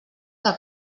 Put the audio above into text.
que